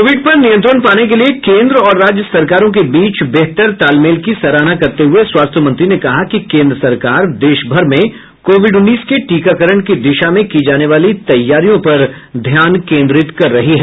Covid पर नियंत्रण पाने के लिए केन्द्र और राज्य सरकारों के बीच बेहतर तालमेल की सराहना करते हुए स्वास्थ्य मंत्री ने कहा कि केन्द्र सरकार देश भर में कोविड उन्नीस के टीकाकरण की दिशा में की जाने वाली तैयारियों पर ध्यान केन्द्रित कर रही है